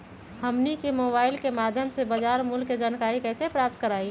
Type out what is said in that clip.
हमनी के मोबाइल के माध्यम से बाजार मूल्य के जानकारी कैसे प्राप्त करवाई?